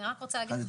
אני רק רוצה להגיד,